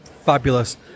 Fabulous